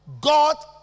God